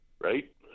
Right